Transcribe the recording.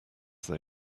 they